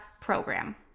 program